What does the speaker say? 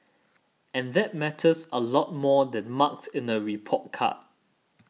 and that matters a lot more than marks in a report card